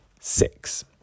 six